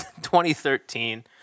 2013